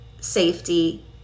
safety